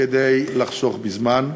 כדי לחסוך בזמן,